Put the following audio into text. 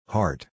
Heart